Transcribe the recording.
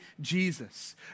Jesus